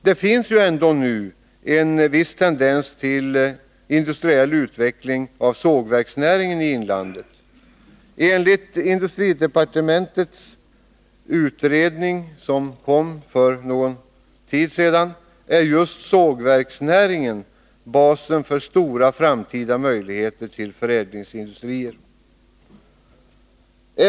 Det finns ändå nu en viss tendens till industriell utveckling av sågverksnäringen i inlandet. Enligt industridepartementets utredning, som kom för någon tid sedan, är just sågverksnäringen basen för stora framtida möjligheter till förädlingsindustrier.